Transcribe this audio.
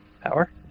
Power